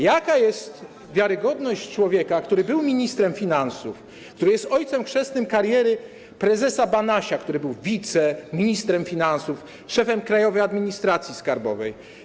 Jaka jest wiarygodność człowieka, który był ministrem finansów, który jest ojcem chrzestnym kariery prezesa Banasia, który był wice-, ministrem finansów, szefem Krajowej Administracji Skarbowej?